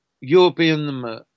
European